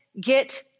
get